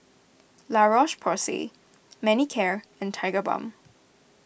La Roche Porsay Manicare and Tigerbalm